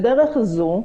בדרך הזו,